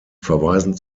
verweisen